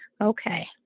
Okay